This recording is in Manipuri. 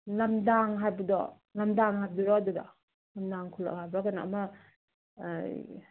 ꯂꯝꯗꯥꯡ ꯍꯥꯏꯕꯗꯣ ꯂꯝꯗꯥꯡ ꯍꯥꯏꯕꯗꯨꯔꯣ ꯑꯗꯨꯗꯣ ꯂꯝꯗꯥꯡ ꯈꯜꯂꯛ ꯍꯥꯏꯕ꯭ꯔꯥ ꯀꯩꯅꯣ ꯑꯃ